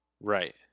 Right